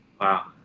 Wow